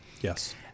Yes